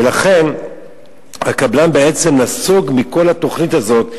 ולכן הקבלן בעצם נסוג מכל התוכנית הזאת,